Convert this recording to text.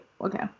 okay